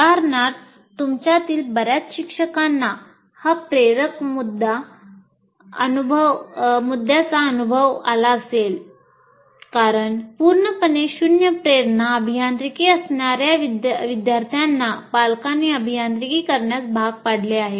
उदाहरणार्थ तुमच्यातील बर्याच शिक्षकांना हा प्रेरक मुद्याचा अनुभव आला असेल कारण पूर्णपणे शून्य प्रेरणा अभियांत्रिकी असणाऱ्या विद्यार्थ्यांना पालकांनी अभियांत्रिकी करण्यास भाग पाडले आहे